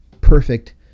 perfect